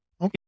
okay